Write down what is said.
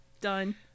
Done